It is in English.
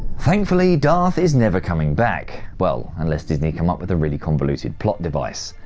thankfully darth is never coming back, well unless disney come up with a really convoluted plot device.